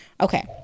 Okay